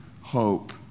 hope